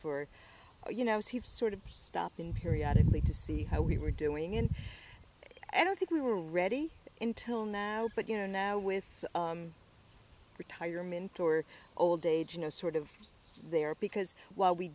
for you know if he sort of stopped in periodically to see how we were doing and i don't think we were ready to intel now but you know now with retirement or old age you know sort of there because while we